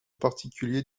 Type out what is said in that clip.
particulier